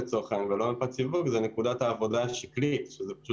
ולא מפאת סיווג זו נקודת העבודה השקלית,